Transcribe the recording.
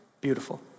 Beautiful